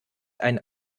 ein